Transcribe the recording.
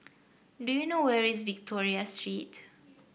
do you know where is Victoria Street